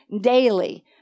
daily